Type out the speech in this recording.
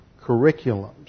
curriculums